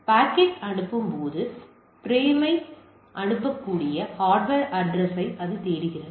பாக்கெட்டை அனுப்பும்போது பிரேமை அனுப்பக்கூடிய ஹார்ட்வர் அட்ரஸ்யை அது தேடுகிறது